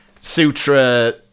Sutra